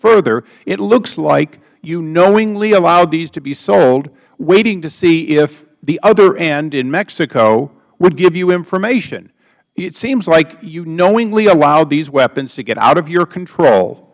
further it looks like you knowingly allowed these to be sold waiting to see if the other end in mexico would give you information it seems like you knowingly allowed these weapons to get out of your control